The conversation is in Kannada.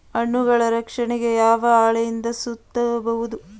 ಹಣ್ಣುಗಳ ರಕ್ಷಣೆಗೆ ಯಾವ ಹಾಳೆಯಿಂದ ಸುತ್ತಬಹುದು?